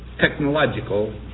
technological